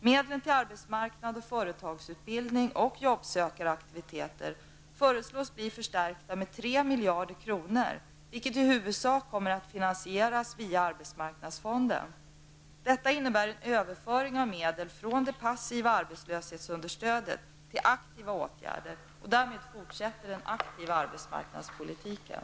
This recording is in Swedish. Medlen till arbetsmarknads och företagsutbildning och jobbsökar-aktiviteter föreslås bli förstärkta med 3 miljarder kronor, vilket i huvudsak kommer att finansieras via arbetsmarknadsfonden. Detta innebär en överföring av medel från det passiva arbetslöshetsunderstödet till aktiva åtgärder, och därmed fortsätter den aktiva arbetsmarknadspolitiken.